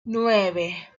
nueve